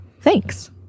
Thanks